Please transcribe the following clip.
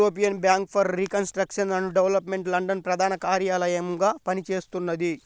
European Bank for Reconstruction and Development London ప్రధాన కార్యాలయంగా పనిచేస్తున్నది